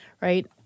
right